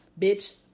bitch